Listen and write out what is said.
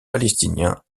palestinien